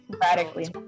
radically